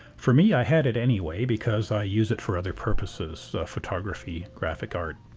for me i had it anyway because i use it for other purposes photography, graphic art,